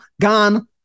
gone